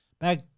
back